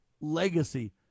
legacy